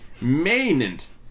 Maintenance